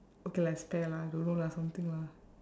okay lah it's pear lah don't know lah something lah